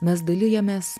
mes dalijamės